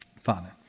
Father